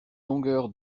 longueur